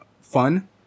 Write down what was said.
fun